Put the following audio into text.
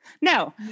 No